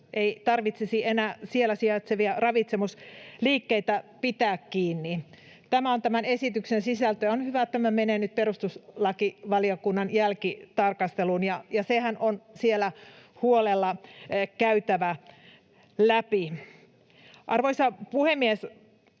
ei tarvitsisi enää siellä sijaitsevia ravitsemusliikkeitä pitää kiinni. Tämä on tämän esityksen sisältö, ja on hyvä, että tämä menee nyt perustuslakivaliokunnan jälkitarkasteluun, ja sehän on siellä huolella käytävä läpi. Arvoisa puhemies!